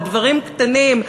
על דברים קטנים,